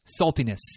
saltiness